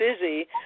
busy